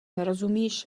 nerozumíš